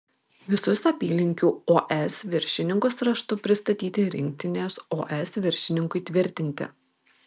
visus apylinkių os viršininkus raštu pristatyti rinktinės os viršininkui tvirtinti